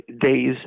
days